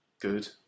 good